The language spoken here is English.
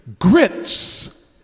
Grits